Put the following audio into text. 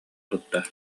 туттар